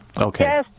Okay